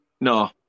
no